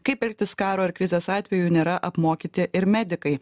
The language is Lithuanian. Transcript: kaip elgtis karo ar krizės atveju nėra apmokyti ir medikai